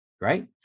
right